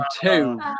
two